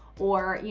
or you